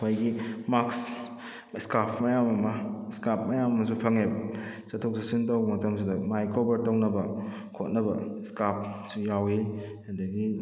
ꯑꯩꯈꯣꯏꯒꯤ ꯃꯥꯛꯁ ꯁ꯭ꯀꯥꯔꯞ ꯃꯌꯥꯝ ꯑꯃ ꯁ꯭ꯀꯥꯔꯞ ꯃꯌꯥꯝ ꯑꯃꯁꯨ ꯐꯪꯉꯦꯕ ꯆꯠꯊꯣꯛ ꯆꯠꯁꯤꯟ ꯇꯧꯕ ꯃꯇꯝꯁꯤꯗ ꯃꯥꯏ ꯀꯣꯕꯔ ꯇꯧꯅꯕ ꯈꯣꯠꯅꯕ ꯁ꯭ꯀꯥꯔꯞꯁꯨ ꯌꯥꯎꯏ ꯑꯗꯨꯗꯒꯤ